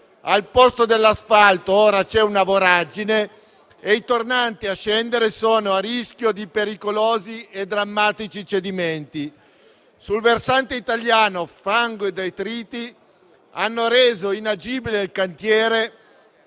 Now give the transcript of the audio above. Al posto dell'asfalto ora c'è una voragine e i tornanti a scendere sono a rischio di pericolosi e drammatici cedimenti. Sul versante italiano fango e detriti hanno reso inagibile il cantiere